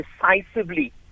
decisively